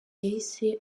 yahise